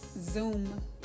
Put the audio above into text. Zoom